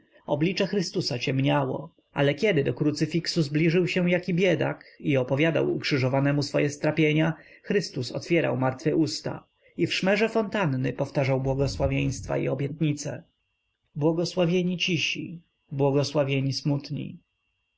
oblicze chrystusa ciemniało ale kiedy do krucyfiksu zbliżył się jaki biedak i opowiadał ukrzyżowanemu swoje strapienia chrystus otwierał martwe usta i w szmerze fontanny powtarzał błogosławieństwa i obietnice błogosławieni cisi błogosławieni smutni